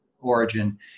origin